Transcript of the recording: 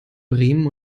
bremen